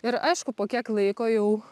ir aišku po kiek laiko jau